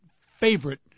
favorite